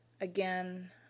Again